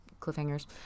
cliffhangers